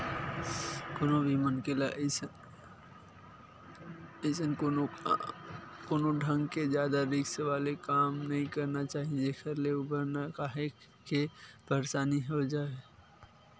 कोनो भी मनखे ल अइसन कोनो ढंग के जादा रिस्क वाले काम नइ करना चाही जेखर ले उबरना काहेक के परसानी हो जावय